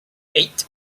eight